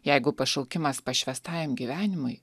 jeigu pašaukimas pašvęstajam gyvenimui